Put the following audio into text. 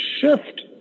shift